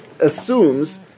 assumes